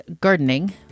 Gardening